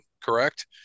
correct